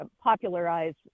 popularize